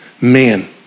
man